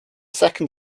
second